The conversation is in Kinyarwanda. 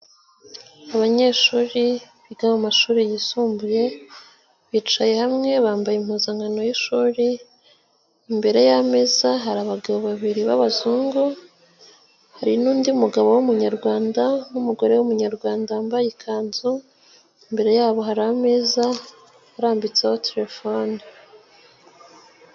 Abanyeshuri biga mu mashuri yisumbuye bicaye hamwe bambaye impuzankano y'ishuri, imbere y'ameza hari abagabo babiri b'abazungu hari n'undi mugabo w'Umunyarwanda n'umugore w'Umunyarwanda wambaye ikanzu, imbere yabo hari ameza arambitseho telefone.